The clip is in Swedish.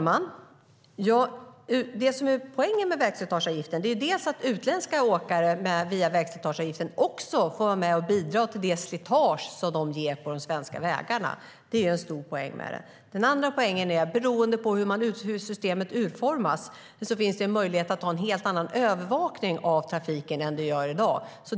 Fru talman! Poängen med vägslitageavgiften är för det första att utländska åkare via vägslitageavgiften också får vara med och betala för det slitage de gör på de svenska vägarna. Det är en viktig poäng. Den andra poängen är att det, beroende på hur systemet utformas, finns en möjlighet att ha en helt annan övervakning av trafiken än man har i dag.